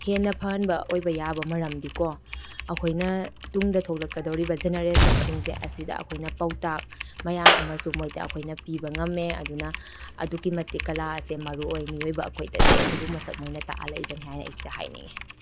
ꯍꯦꯟꯅ ꯐꯍꯟꯕ ꯑꯣꯏꯕ ꯌꯥꯕ ꯃꯔꯝꯗꯤꯀꯣ ꯑꯩꯈꯣꯏꯅ ꯇꯨꯡꯗ ꯊꯣꯛꯂꯛꯀꯗꯧꯔꯤꯕ ꯖꯦꯅꯦꯔꯦꯁꯟꯁꯤꯡꯁꯦ ꯑꯁꯤꯗ ꯑꯩꯈꯣꯏꯅ ꯄꯥꯎꯇꯥꯛ ꯃꯌꯥꯝ ꯑꯃꯁꯨ ꯃꯣꯏꯗ ꯑꯩꯈꯣꯏꯅ ꯄꯤꯕ ꯉꯝꯃꯦ ꯑꯗꯨꯅ ꯑꯗꯨꯛꯀꯤ ꯃꯇꯤꯛ ꯀꯥꯂꯥ ꯑꯁꯦ ꯃꯔꯨ ꯑꯣꯏ ꯃꯤꯑꯣꯏꯕ ꯑꯩꯈꯣꯏꯗꯗꯤ ꯑꯩꯈꯣꯏꯕꯨ ꯃꯁꯛ ꯃꯣꯏꯅ ꯇꯥꯛꯍꯜ ꯂꯛꯂꯤꯕꯅꯤ ꯍꯥꯏꯅ ꯑꯩꯁꯦ ꯍꯥꯏꯅꯤꯡꯉꯦ